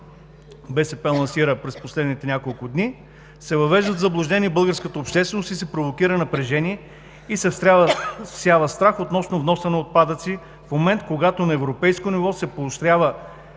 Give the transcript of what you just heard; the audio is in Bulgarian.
БСП лансира през последните няколко дни, се въвежда в заблуждение българската общественост, провокира се напрежение и се всява страх относно вноса на отпадъци в момент, когато на европейско ниво се поощрява